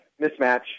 mismatch